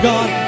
God